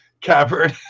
cavern